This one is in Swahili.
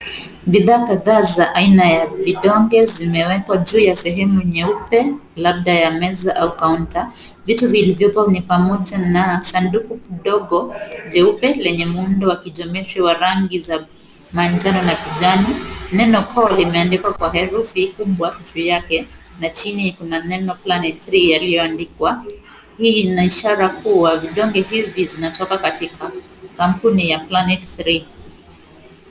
Bidhaa kadhaa za aina ya vidonge zimewekwa juu ya sehemu nyeupe labda ya meza au kaunta. Vitu vilivyopo ni pamoja na sanduku kidogo jeupe lenye muundo wa kijiometri wa rangi za manjano na kijani. Neno koo limeandikwa kwa herufi kubwa juu yake na chini kuna neno Planet Three yaliyoandikwa. Hii ina ishara kuwa vidonge hivi zinatoka katika kampuni ya Planet Three.